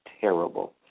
terrible